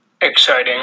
exciting